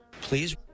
Please